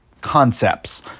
concepts